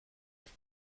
with